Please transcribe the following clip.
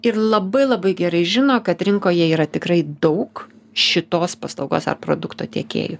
ir labai labai gerai žino kad rinkoje yra tikrai daug šitos paslaugos ar produkto tiekėjų